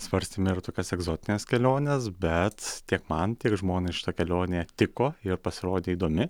svarstėme ir tokias egzotines keliones bet tiek man tiek žmonai šita kelionė tiko ir pasirodė įdomi